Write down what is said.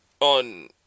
on